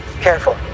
Careful